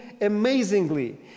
amazingly